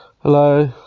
Hello